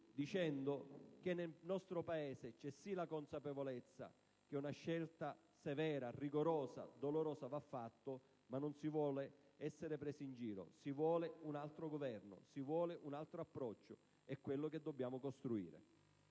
Presidente, nel nostro Paese c'è sì la consapevolezza che una scelta severa, rigorosa, dolorosa va fatta, ma non si vuole essere presi in giro. Si vuole un altro Governo. Si vuole un altro approccio. È quello che dobbiamo costruire.